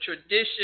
tradition